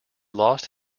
lost